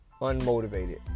unmotivated